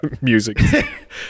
music